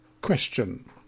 Question